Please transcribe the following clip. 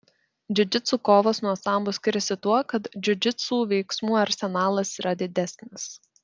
džiudžitsu kovos nuo sambo skiriasi tuo kad džiudžitsu veiksmų arsenalas yra didesnis